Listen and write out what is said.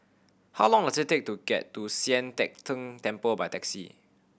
how long does it take to get to Sian Teck Tng Temple by taxi